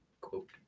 quote